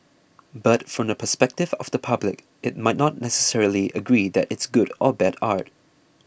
but from the perspective of the public it might not necessarily agree that it's good or bad art